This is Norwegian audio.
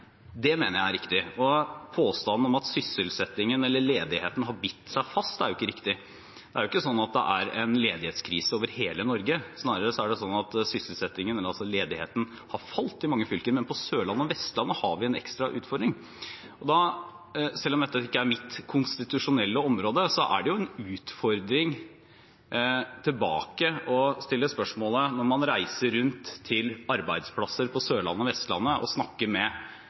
mener jeg er riktig. Påstanden om at ledigheten har bitt seg fast, er ikke riktig. Det er jo ikke sånn at det er en ledighetskrise over hele Norge. Snarere er det sånn at sysselsettingen, men også ledigheten, har falt i mange fylker, men på Sørlandet og Vestlandet har vi en ekstra utfordring. Selv om dette ikke er mitt konstitusjonelle område, er utfordringen tilbake å stille spørsmålet: Når man reiser rundt til arbeidsplasser på Sørlandet og Vestlandet og snakker med